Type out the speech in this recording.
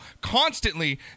constantly